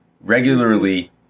regularly